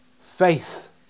faith